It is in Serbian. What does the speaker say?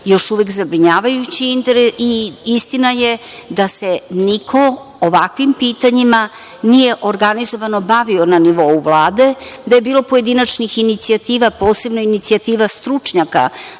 još uvek zabrinjavajući i istina je da se niko ovakvim pitanjima nije organizovano bavio na nivou Vlade, gde je bilo pojedinačnih inicijativa, posebna inicijativa stručnjaka